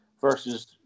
versus